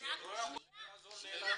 אומר שהם לא יכולים לעזור לילדים.